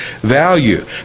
value